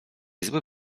zły